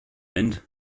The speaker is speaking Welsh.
mynd